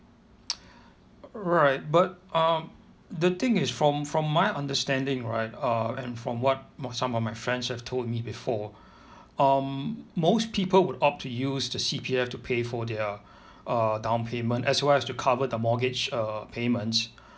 right but um the thing is from from my understanding right uh and from what some of my friends have told me before um most people will opt to use the C_P_F to pay for their uh downpayment as well as to cover the mortgage uh payments